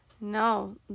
No